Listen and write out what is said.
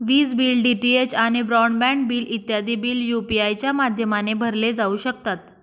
विज bill, DTH आणि broad bill इत्यादी बिल यू.पी.आय च्या माध्यमाने भरले जाऊ शकतात